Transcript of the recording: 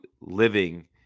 living